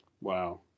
Wow